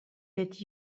get